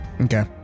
Okay